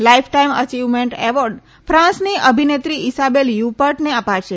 life time achievement award ફાંસની અભિનેત્રી Isabelle હ્યુપર્ટને અપાશે